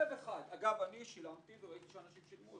אגב, אני שילמתי וראיתי שאנשים שילמו.